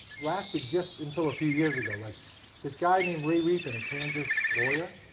lasted just until a few years ago. like this guy named ray riepen, a kansas lawyer,